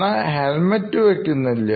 എന്നാൽ ഹെൽമറ്റ് വയ്ക്കുന്നില്ല